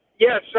Yes